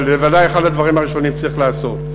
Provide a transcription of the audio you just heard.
אבל זה בוודאי אחד הדברים הראשונים שצריך לעשות.